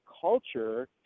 culture